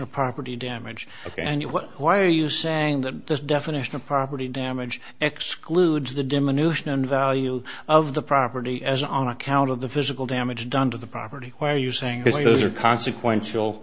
of property damage ok and why are you saying that this definition of property damage excludes the diminution in value of the property as on account of the physical damage done to the property or are you saying this is or consequential